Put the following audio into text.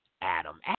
Adam